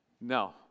No